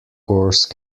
course